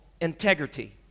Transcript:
integrity